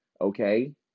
okay